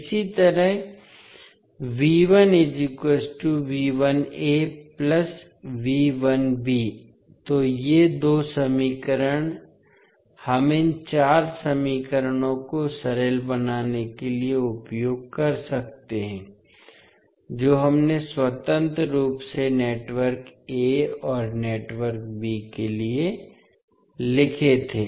इसी तरह तो ये दो समीकरण हम इन चार समीकरणों को सरल बनाने के लिए उपयोग कर सकते हैं जो हमने स्वतंत्र रूप से नेटवर्क a और नेटवर्क b के लिए लिखे थे